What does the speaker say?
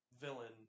villain